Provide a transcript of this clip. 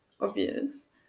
obvious